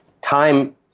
Time